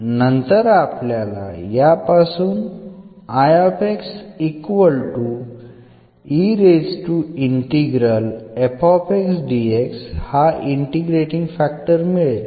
आणि नंतर आपल्याला यापासून हा इंटिग्रेटींग फॅक्टर मिळेल